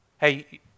Hey